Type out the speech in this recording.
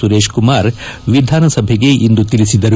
ಸುರೇಶ್ಕುಮಾರ್ ವಿಧಾನಸಭೆಗಿಂದು ತಿಳಿಸಿದರು